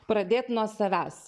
pradėt nuo savęs